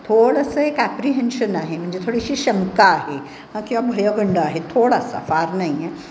थोडंसं एक ॲप्रिहेन्शन आहे म्हणजे थोडीशी शंका आहे किंवा भयगंड आहे थोडासा फार नाही आहे